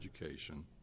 education